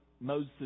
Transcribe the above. Moses